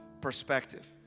perspective